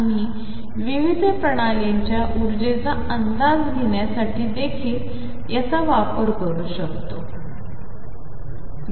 आम्ही विविध प्रणालींच्या ऊर्जेचा अंदाज घेण्यासाठी देखील याचा वापर करू शकतो